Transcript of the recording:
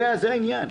לכן,